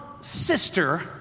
sister